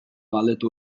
galdetu